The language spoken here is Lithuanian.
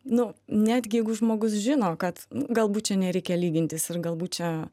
nu netgi jeigu žmogus žino kad galbūt čia nereikia lygintis ir galbūt čia